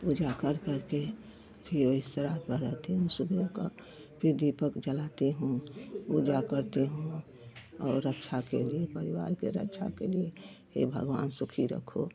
पूजा कर करके फिर इस तरह का रहती हूँ सुबह का फिर दीपक जलाती हूँ पूजा करती हूँ और रक्षा के लिए परिवार के रक्षा के लिए है भगवान सुखी रखो